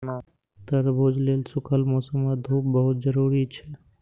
तरबूज लेल सूखल मौसम आ धूप बहुत जरूरी छै